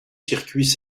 circuits